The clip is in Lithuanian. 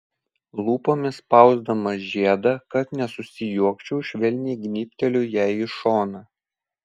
lūpomis spausdamas žiedą kad nesusijuokčiau švelniai gnybteliu jai į šoną